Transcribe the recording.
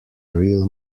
real